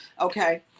okay